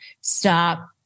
stop